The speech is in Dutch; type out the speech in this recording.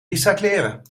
recycleren